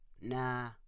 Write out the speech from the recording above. Nah